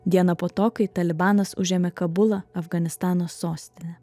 dieną po to kai talibanas užėmė kabulą afganistano sostine